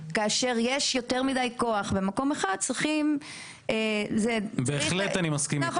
שכאשר יש יותר מידי כוח במקום אחד צריך --- אני בהחלט מסכים אתך.